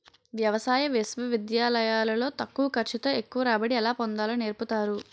వ్యవసాయ విశ్వవిద్యాలయాలు లో తక్కువ ఖర్చు తో ఎక్కువ రాబడి ఎలా పొందాలో నేర్పుతారు